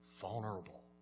vulnerable